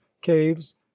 caves